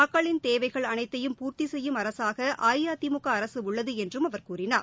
மக்களின் தேவைகள் அனைத்தையும் பூர்த்தி செய்யும் அரசாக அஇஅதிமுக அரசு உள்ளது என்றும் அவர் கூறினார்